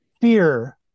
fear